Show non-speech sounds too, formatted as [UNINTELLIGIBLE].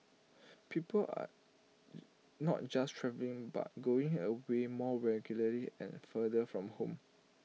people are [UNINTELLIGIBLE] not just travelling but going away more regularly and further from home